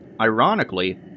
Ironically